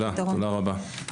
תודה רבה.